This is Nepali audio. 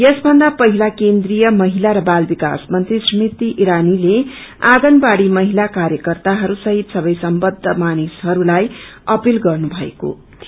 यस भन्दा पहिला केन्द्रीय महिला र बाल बिकास मन्त्री स्मृति ईरानीले आंगनबाड़ी महिला कार्यकर्ताहरू सहित सबै सम्बद्ध मानिसहरूलाई अपील गर्नुमएको थियो